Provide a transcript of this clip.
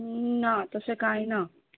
ना तशे काय ना